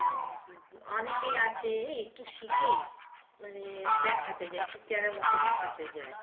কারণ অনেকেই আছে একটু শিখেই মানে দেখাতে যায় একটু ক্যেরামতি দেখাতে যায়